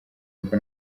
niko